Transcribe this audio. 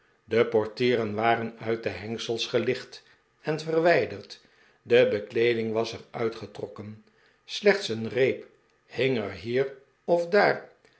de portieren waren uit de hengsels gelicht en verwijderd de bekleeding was er uitgetrokken slechts een reep hing er hier of daar